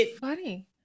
funny